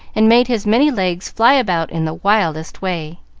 and made his many legs fly about in the wildest way.